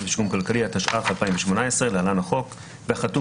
ושיקום ככלי התשע"ח 2018 (להלן החוק) והחתום